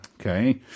okay